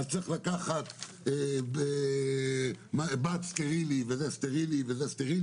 אז צריך לקחת בד סטרילי וכלים סטריליים.